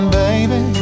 baby